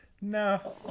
No